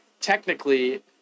technically